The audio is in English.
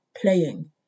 playing